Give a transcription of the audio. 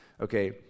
Okay